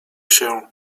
się